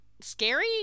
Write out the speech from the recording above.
scary